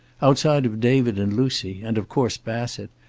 outside of david and lucy, and of course bassett,